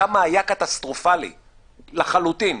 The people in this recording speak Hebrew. שמה היה קטסטרופלי לחלוטין.